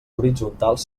horitzontals